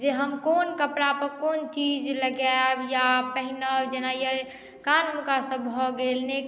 जे हम कोन कपड़ापर कोन चीज लगायब या पहिरब जेना कानमेका सभ भऽ गेल नेक